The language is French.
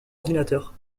ordinateurs